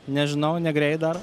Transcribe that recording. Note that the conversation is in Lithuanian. nežinau negreit dar